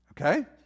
Okay